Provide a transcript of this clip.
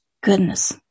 goodness